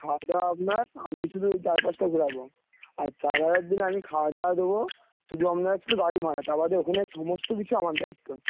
খাওয়া দাওয়া আপনার আমি শুধু ওই চারপাশটা ঘোরাবো আর চার হাজার দিলে আমি খাওয়া দাওয়া দেবো শুধু আপনার শুধু গাড়ি ভাড়াটা তা বাদে ওখানে সমস্ত কিছু আমার দায়িত্ব